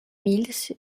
mills